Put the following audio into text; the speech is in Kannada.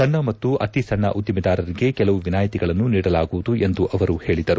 ಸಣ್ಣ ಮತ್ತು ಅತಿ ಸಣ್ಣ ಉದ್ಕಮಿದಾರರಿಗೆ ಕೆಲವು ವಿನಾಯಿತಿಗಳನ್ನು ನೀಡಲಾಗುವುದು ಎಂದು ಅವರು ಹೇಳಿದರು